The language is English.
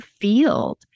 field